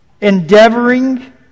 Endeavoring